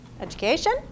education